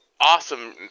Awesome